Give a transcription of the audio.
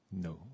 no